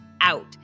out